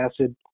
acid